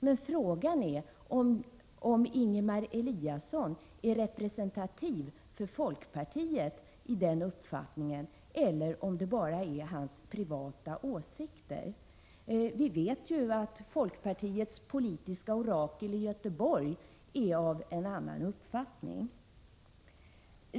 Men frågan är om Ingemar Eliasson är representativ för folkpartiet i den uppfattningen eller om det bara är hans privata åsikter. Vi vet att folkpartiets politiska orakel i Göteborg är av en annan uppfattning.